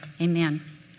amen